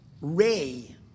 ray